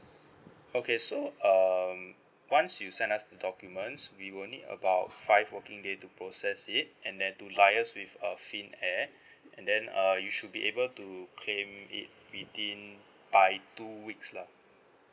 okay so um once you send us the documents we will need about five working days to process it and then to liaise with uh finnair and then uh you should be able to claim it within by two weeks lah